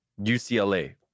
ucla